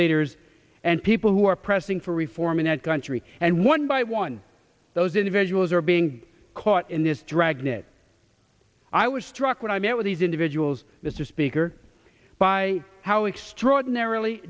leaders and people who are pressing for reform in that country and one by one those individuals are being caught in this dragnet i was struck when i met with these individuals mr speaker by how extraordinar